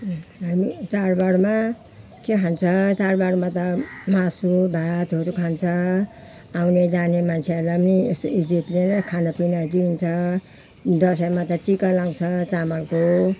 hello चाडबाडमा के खान्छ चाडबाडमा त मासु भातहरू खान्छ आउने जाने मान्छेहरूलाई पनि यसो इज्जतले खानापिना दिइन्छ दसैँमा त टिका लगाउँछ चामलको